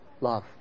love